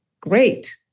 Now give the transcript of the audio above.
great